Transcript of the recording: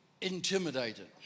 intimidated